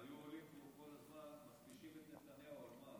הם היו עולים פה כל הזמן, מכפישים כל הזמן, על מה?